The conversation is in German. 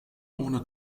ohne